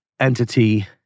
Entity